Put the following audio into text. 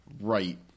right